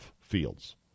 fields